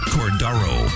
Cordaro